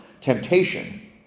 temptation